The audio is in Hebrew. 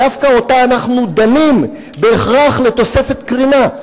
דווקא אותה אנחנו דנים בהכרח לתוספת קרינה.